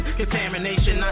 contamination